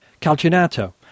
Calcinato